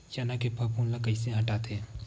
चना के फफूंद ल कइसे हटाथे?